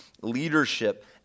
leadership